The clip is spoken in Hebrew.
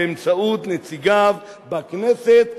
באמצעות נציגיו בכנסת,